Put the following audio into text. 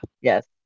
yes